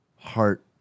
heart